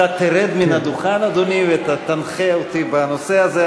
אתה תרד מן הדוכן, אדוני, ותנחה אותי בנושא הזה.